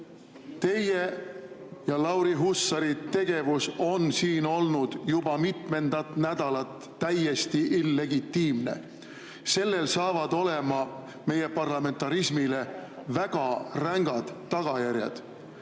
Teie ja Lauri Hussari tegevus on siin olnud juba mitmendat nädalat täiesti illegitiimne. Sellel saavad olema meie parlamentarismile väga rängad tagajärjed.